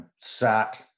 sat